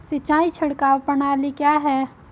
सिंचाई छिड़काव प्रणाली क्या है?